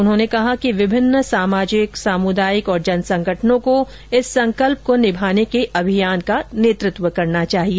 उन्होंने कहा कि विभिन्न सामाजिक सामुदायिक और जन संगठनों को इस संकल्प को निभाने के अभियान का नेतृत्व करना चाहिए